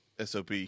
sop